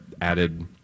added